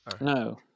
No